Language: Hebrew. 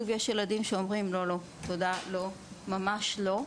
יש ילדים שאומרים ממש לא.